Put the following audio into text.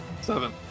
Seven